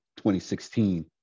2016